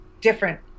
different